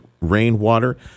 rainwater